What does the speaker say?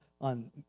on